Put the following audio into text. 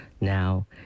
now